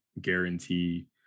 guarantee